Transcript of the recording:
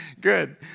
good